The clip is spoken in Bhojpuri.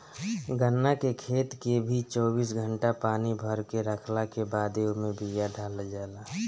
गन्ना के खेत के भी चौबीस घंटा पानी भरके रखला के बादे ओमे बिया डालल जाला